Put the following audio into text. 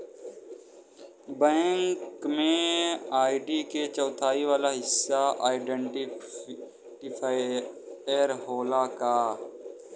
Bank में ID के चौथाई वाला हिस्सा में आइडेंटिफैएर होला का?